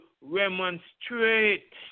remonstrate